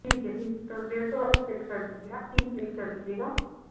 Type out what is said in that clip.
ٹھیک ہے ٹھیک تو ڈیڑھ سو والی پلیٹ کر دیجیے گا تین پلیٹ کر دیجیے گا